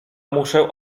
muszę